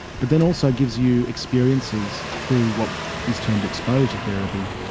but then also gives you experiences through what is termed exposure therapy,